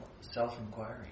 self-inquiry